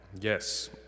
yes